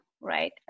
right